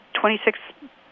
Twenty-six